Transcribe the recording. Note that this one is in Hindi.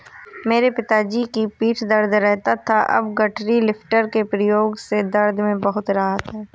मेरे पिताजी की पीठ दर्द रहता था अब गठरी लिफ्टर के प्रयोग से दर्द में बहुत राहत हैं